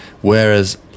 whereas